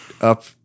up